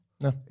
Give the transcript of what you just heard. No